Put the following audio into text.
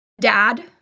dad